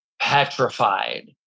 petrified